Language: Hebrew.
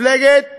מפלגת